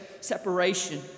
separation